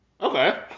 Okay